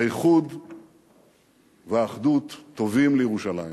האיחוד והאחדות טובים לירושלים,